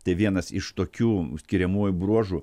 tai vienas iš tokių skiriamuojų bruožų